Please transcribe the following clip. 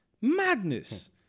Madness